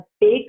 big